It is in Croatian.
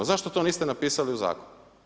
Zašto to niste napisali u zakonu?